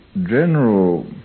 general